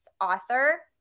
author